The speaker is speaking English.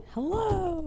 Hello